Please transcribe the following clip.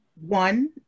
one